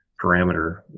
parameter